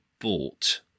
bought